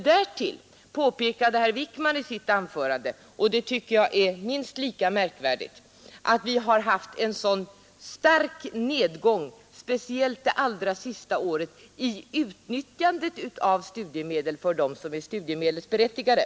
Därtill påpekade herr Wijkman i sitt anförande att vi — och det tycker jag är minst lika märkvärdigt — har haft en sådan stark nedgång, speciellt det allra senaste året i utnyttjandet av studiemedel bland dem som är studiemedelsberättigade.